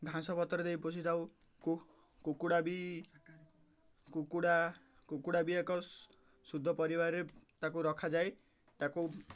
ଘାସ ପତ୍ର ଦେଇ ପୋଷିଥାଉ କୁ କୁକୁଡ଼ା ବି କୁକୁଡ଼ା କୁକୁଡ଼ା ବି ଏକ ଶୁଦ୍ଧ ରେ ତା'କୁ ରଖାଯାଏ ତା'କୁ